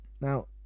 Now